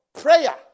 Prayer